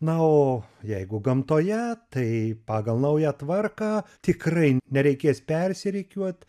na o jeigu gamtoje tai pagal naują tvarką tikrai nereikės persirikiuot